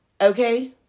Okay